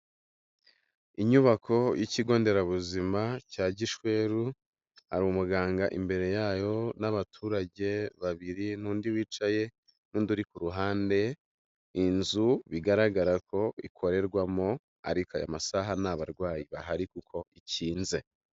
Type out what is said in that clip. Inyubako y'ikigo nderabuzima cya Gishweru, hari umuganga imbere yayo n'abaturage babiri n'undi wicaye n'undi uri ku ruhande, inzu bigaragara ko ikorerwamo ariko aya masaha nta abarwayi bahari kuko ikinze.